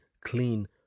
clean